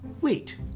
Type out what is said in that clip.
Wait